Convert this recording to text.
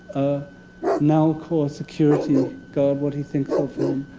a nalcor security guard what he thinks of him.